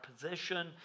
position